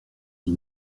dit